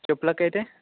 చెప్పులాకి అయితే